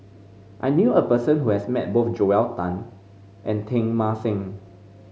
I knew a person who has met both Joel Tan and Teng Mah Seng